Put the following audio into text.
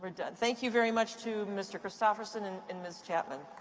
um thank you very much to mr. christopherson and and ms. chatman.